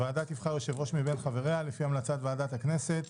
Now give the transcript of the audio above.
הוועדה תבחר יושב-ראש מבין חבריה לפי המלצת ועדת הכנסת.